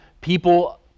people